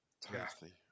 Tasty